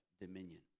dominion